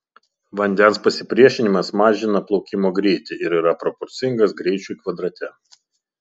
vandens pasipriešinimas mažina plaukimo greitį ir yra proporcingas greičiui kvadrate